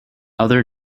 other